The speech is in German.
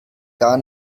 gar